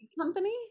company